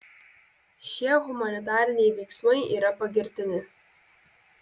šie humanitariniai veiksmai yra pagirtini